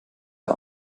der